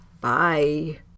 Bye